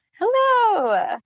hello